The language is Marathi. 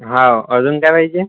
हा अजून काय पाहिजे